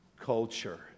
culture